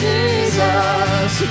Jesus